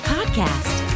Podcast